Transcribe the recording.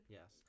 Yes